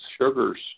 sugars